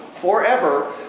forever